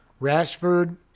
Rashford